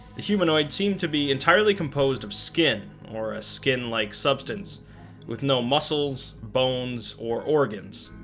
the humanoid seemed to be entirely composed of skin, or a skin like substance with no muscles, bones, or organs,